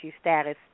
status